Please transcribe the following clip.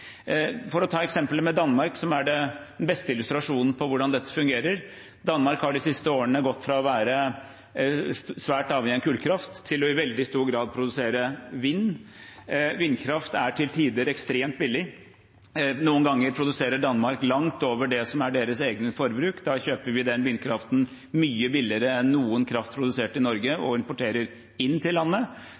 For å ta eksempelet med Danmark, som er den beste illustrasjonen på hvordan dette fungerer: Danmark har de siste årene gått fra å være svært avhengig av kullkraft til i veldig stor grad å produsere vindkraft. Vindkraft er til tider ekstremt billig. Noen ganger produserer Danmark langt over det som er deres eget forbruk, og da kjøper vi den vindkraften mye billigere enn noen kraft produsert i Norge og importerer den inn til landet.